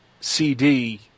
CD